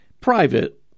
private